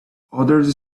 others